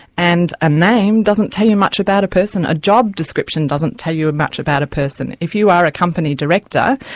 and a name doesn't tell you much about a person. a job description doesn't tell you much about a person. if you are a company director,